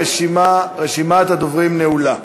רשימת הדוברים נעולה.